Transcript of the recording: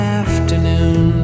afternoon